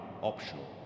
optional